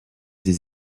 des